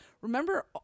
remember